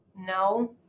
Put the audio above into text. no